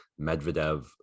medvedev